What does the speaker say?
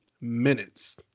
minutes